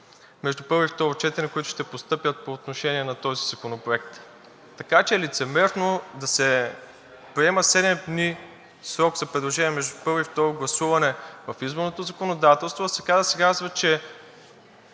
между първо и второ четене, които ще постъпят по отношение на този законопроект. Така че е лицемерно да се приема 7 дни срок за предложения между първо и второ гласуване в изборното законодателство, а да се казва, че